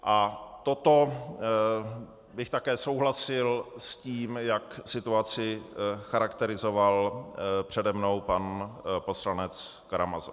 A v tomto bych také souhlasil s tím, jak situaci charakterizoval přede mnou pan poslanec Karamazov.